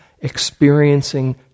experiencing